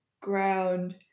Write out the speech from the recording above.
ground